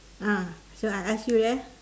ah so I ask you ya